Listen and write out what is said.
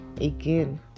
Again